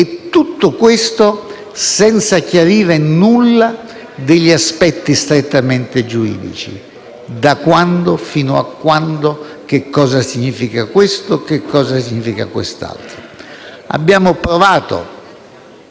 e tutto questo senza chiarire nulla degli aspetti strettamente giuridici (da quando fino a quando, che cosa significa questo, che cosa significa quest'altro). Abbiamo provato